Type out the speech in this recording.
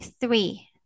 three